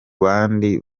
bandi